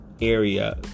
area